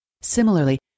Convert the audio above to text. Similarly